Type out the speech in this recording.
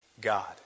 God